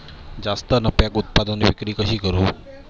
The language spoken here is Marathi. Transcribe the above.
जास्त नफ्याक उत्पादन विक्री कशी करू?